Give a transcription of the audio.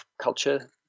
culture